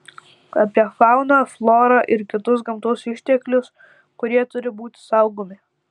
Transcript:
apie fauną florą ir kitus gamtos išteklius kurie turi būti saugomi